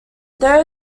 there